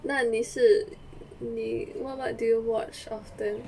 那你是你 what what do you watch often